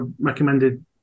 recommended